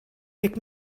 pick